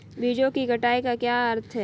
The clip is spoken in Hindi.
बीजों की कटाई का क्या अर्थ है?